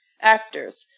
actors